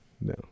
No